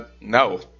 no